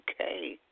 okay